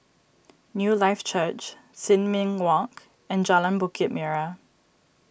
Newlife Church Sin Ming Walk and Jalan Bukit Merah